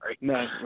No